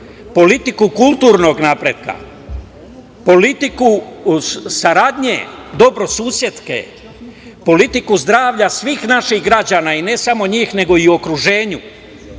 politiku kulturnog napretka, politiku saradnje dobrosusedske, politiku zdravlja svih naših građana i ne samo njih, nego i u okruženju,